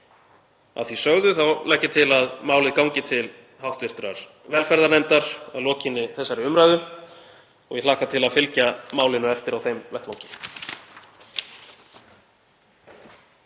Að því sögðu legg ég til að málið gangi til hv. velferðarnefndar að lokinni þessari umræðu. Ég hlakka til að fylgja málinu eftir á þeim vettvangi.